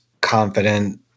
confident